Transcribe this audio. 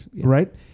right